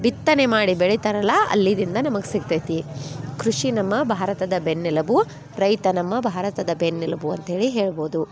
ಬಿತ್ತನೆ ಮಾಡಿ ಬೆಳಿತರಲ್ಲ ಅಲ್ಲಿದಿಂದಲೇ ನಮಗೆ ಸಿಗ್ತೈತಿ ಕೃಷಿ ನಮ್ಮ ಭಾರತದ ಬೆನ್ನೆಲುಬು ರೈತ ನಮ್ಮ ಭಾರತದ ಬೆನ್ನೆಲುಬು ಅಂತ್ಹೇಳಿ ಹೇಳ್ಬೋದು